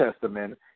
Testament